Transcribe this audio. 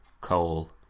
Coal